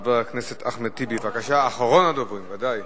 חבר הכנסת אחמד טיבי, בבקשה, אחרון הדוברים, ודאי.